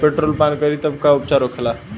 Petrol पान करी तब का उपचार होखेला?